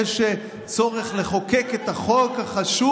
יש צורך לחוקק את החוק החשוב